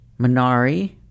Minari